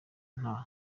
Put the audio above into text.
nta